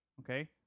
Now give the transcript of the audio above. okay